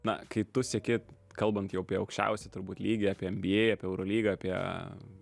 na kai tu sieki kalbant jau apie aukščiausią turbūt lygį apie nba apie eurolygą apie